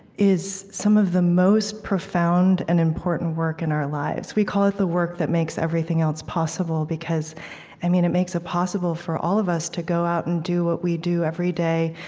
is some of the most profound and important work in our lives. we call it the work that makes everything else possible, because and it makes it possible for all of us to go out and do what we do every day,